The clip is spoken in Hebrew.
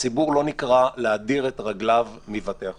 הציבור לא נקרא להדיר את רגליו מבתי החולים.